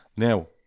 Now